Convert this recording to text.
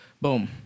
Boom